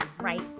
Right